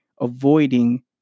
avoiding